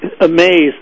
amazed